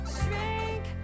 shrink